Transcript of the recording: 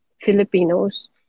Filipinos